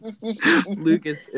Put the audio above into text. Lucas